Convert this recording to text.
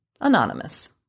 Anonymous